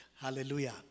Hallelujah